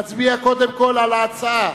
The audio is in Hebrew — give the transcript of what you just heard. נצביע קודם כול על ההצעה.